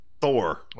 Thor